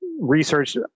research